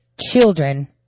children